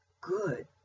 good